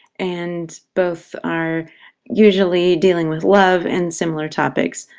and both are usually dealing with love and similar topics,